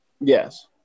Yes